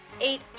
eight